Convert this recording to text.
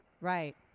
Right